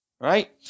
Right